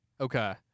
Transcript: Okay